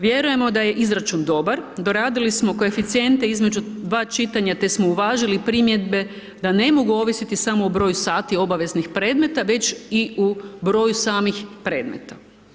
Vjerujemo da je izračun dobar, doradili smo koeficijente između dva čitanja, te smo uvažili primjedbe da ne mogu ovisiti samo o broju satu obaveznih predmeta, već i u broju samih predmeta.